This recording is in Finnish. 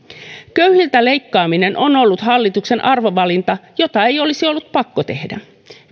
köyhiltä leikkaaminen on ollut hallituksen arvovalinta jota ei olisi ollut pakko tehdä